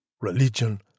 Religion